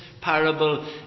parable